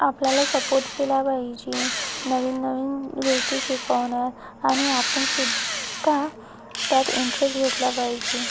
आपल्याला सपोट केला पाहिजे नवीन नवीन गोष्टी शिकवण्यात आणि आपण सुद्धा त्यात इंट्रेस घेतला पाहिजे